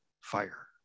fire